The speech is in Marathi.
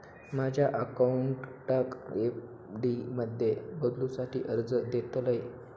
माझ्या अकाउंटाक एफ.डी मध्ये बदलुसाठी अर्ज देतलय